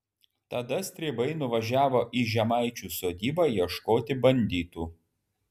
tada stribai nuvažiavo į žemaičių sodybą ieškoti banditų